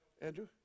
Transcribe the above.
Andrew